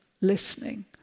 listening